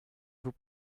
vous